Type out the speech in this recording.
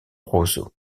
roseaux